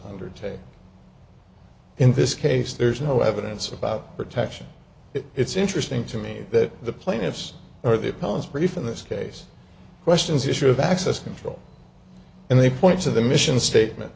undertake in this case there's no evidence about protection it's interesting to me that the plaintiffs or the opponents brief in this case questions issue of access control and they point to the mission statement